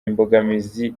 imbogamizi